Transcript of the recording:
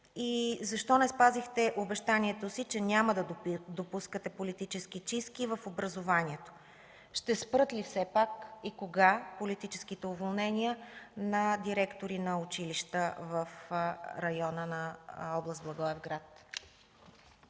Защо не спазихте обещанието си, че няма да допускате политически чистки в образованието? Ще спрат ли все пак и кога политическите уволнения на директори на училища в района на област Благоевград?